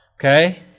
Okay